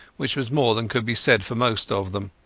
which was more than could be said for most of them.